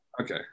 Okay